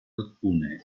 alcune